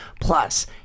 Plus